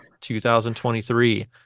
2023